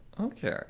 Okay